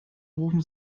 rufen